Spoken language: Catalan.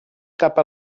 cap